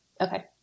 Okay